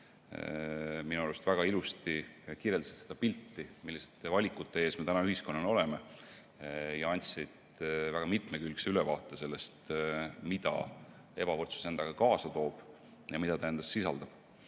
minu arust väga ilusti seda pilti, milliste valikute ees me täna ühiskonnana oleme, ja andsid väga mitmekülgse ülevaate sellest, mida ebavõrdsus endaga kaasa toob ja mida ta endas sisaldab.